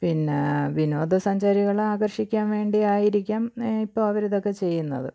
പിന്നേ വിനോദസഞ്ചാരികളെ ആകര്ഷിക്കാന് വേണ്ടിയായിരിക്കാം ഇപ്പോൾ അവരിതൊക്കെ ചെയ്യുന്നത്